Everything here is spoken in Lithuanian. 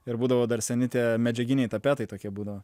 ir būdavo dar seni tie medžiaginiai tapetai tokie būdavo